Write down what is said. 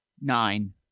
Nine